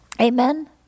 Amen